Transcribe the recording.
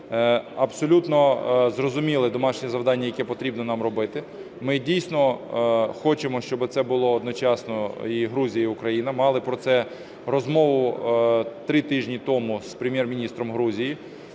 Абсолютно зрозуміле домашнє завдання, яке потрібне нам робити. Ми дійсно хочемо, щоб це було одночасно: і Грузія, і Україна… Мали про це розмову три тижні тому з Прем'єр-міністром Грузії.